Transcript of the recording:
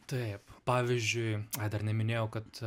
taip pavyzdžiui ai dar neminėjau kad